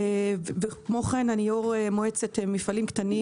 וכן יו"ר מועצת מפעלים קטנים